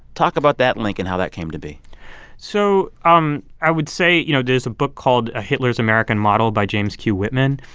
talk about that link and how that came to be so um i would say, you know, there's a book called hitler's american model by james q. whitman.